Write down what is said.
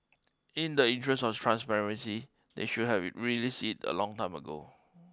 in the interest of transparency they should have released it a long time ago